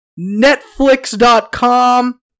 Netflix.com